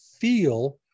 feel